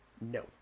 no